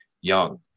young